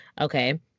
Okay